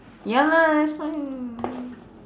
ya lah that's why